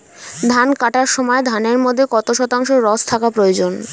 ধান কাটার সময় ধানের মধ্যে কত শতাংশ রস থাকা প্রয়োজন?